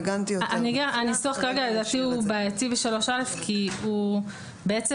הניסוח כרגע לדעתי הוא בעייתי ב-3(א) כי הוא בעצם